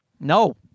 No